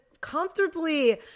comfortably